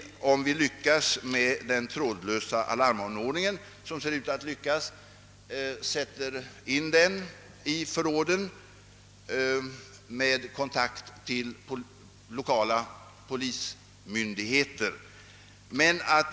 Om vi lyckas med den trådlösa alarmanordning som nu planeras — och det ser ut att bli fallet — skall vi kunna sätta våra vapenförråd i kontakt med de lokala polismyndigheterna.